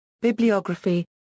Bibliography –